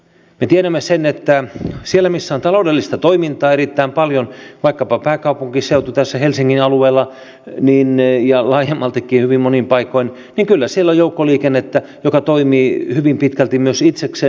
me tiedämme sen että kyllä siellä missä on taloudellista toimintaa erittäin paljon vaikkapa pääkaupunkiseudulla tässä helsingin alueella ja laajemmaltikin hyvin monin paikoin on joukkoliikennettä joka toimii hyvin pitkälti myös itsekseen